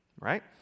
Right